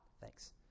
Thanks